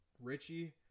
Richie